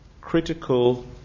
critical